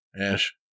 Ash